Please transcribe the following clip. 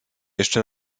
jeszcze